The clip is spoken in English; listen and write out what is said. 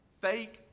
Fake